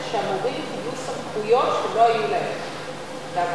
שהמורים קיבלו סמכויות שלא היו להם בעבר.